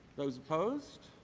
those opposed?